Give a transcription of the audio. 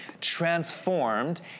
transformed